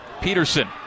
Peterson